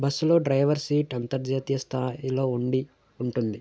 బస్సులో driver seat అంతర్జాతీయ స్థాయిలో ఉండి ఉంటుంది